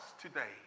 today